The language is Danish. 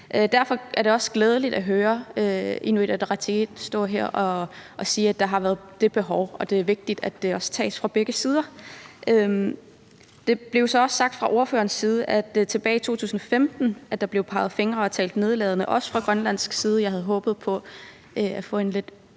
derfor er det også glædeligt at høre Inuit Ataqatigiit stå her og sige, at der har været det behov, og at det er vigtigt, at det også tages fra begge sider. Det blev så også sagt fra ordførerens side, at der tilbage i 2015 blev peget fingre og talt nedladende, også fra grønlandsk side, og jeg havde håbet på at få en lidt